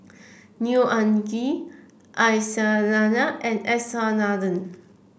Neo Anngee Aisyah Lyana and S R Nathan